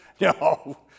No